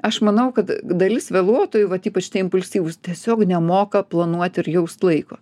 aš manau kad dalis vėluotojų vat ypač tie impulsyvūs tiesiog nemoka planuoti ir jaust laiko